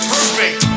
Perfect